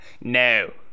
No